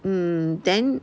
mm then